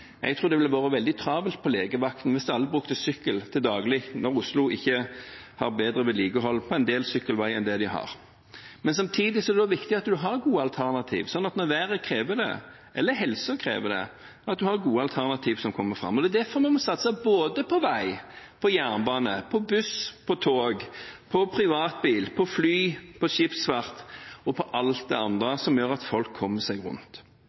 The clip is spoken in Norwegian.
Jeg tror det ville vært veldig travelt på legevakten hvis alle brukte sykkel til daglig, når Oslo ikke har bedre vedlikehold på en del sykkelveier enn det de har. Men samtidig er det viktig at man har gode alternativ, så man, når været krever det eller helsen krever det, har gode alternativ for å komme fram. Det er derfor vi må satse både på vei, på jernbane, på buss, på tog, på privatbil, på fly, på skipsfart og på alt det andre som gjør at folk kommer seg rundt.